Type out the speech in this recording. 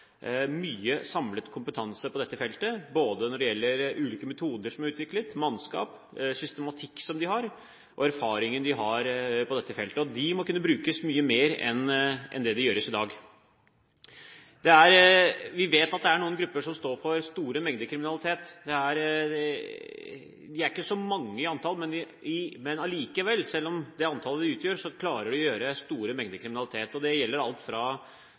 mye samlet kompetanse på dette feltet, både når det gjelder ulike metoder som er utviklet, og når det gjelder mannskap, systematikk og de erfaringene de har på dette feltet. De må kunne brukes mye mer enn det som gjøres i dag. Vi vet at det er noen grupper som står for store mengder kriminalitet. De er ikke så mange i antall, men likevel, selv med det antallet de utgjør, klarer de å utføre store mengder kriminalitet. Det gjelder alt fra